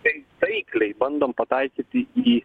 tai taikliai bandom pataikyti į